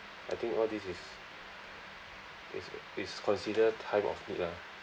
I think all this is is is considered time of need lah